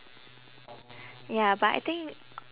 ya but I think